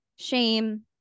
shame